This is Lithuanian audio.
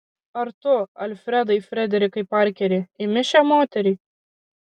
ar tu alfredai frederikai parkeri imi šią moterį